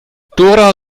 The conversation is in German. dora